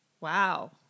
wow